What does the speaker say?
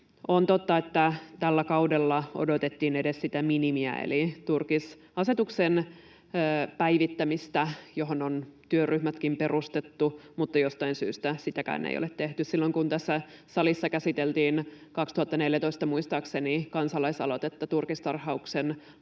On totta, että tällä kaudella odotettiin edes sitä minimiä eli turkisasetuksen päivittämistä, johon on työryhmätkin perustettu, mutta jostain syystä sitäkään ei ole tehty. Silloin kun tässä salissa käsiteltiin, 2014 muistaakseni, kansalaisaloitetta turkistarhauksen